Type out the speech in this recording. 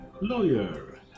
Lawyer